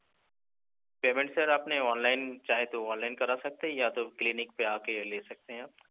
payment sir آپ نے online چاہیں تو وہ آنلائن کرا سکتے ہیں یا تو کلینک پہ آ کے لے سکتے ہیں آپ